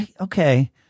Okay